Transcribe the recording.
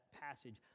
passage